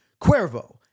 Cuervo